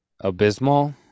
Abysmal